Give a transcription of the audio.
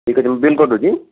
ଠିକ୍ ଅଛି ମୁଁ ବିଲ୍ କରିଦେଉଛି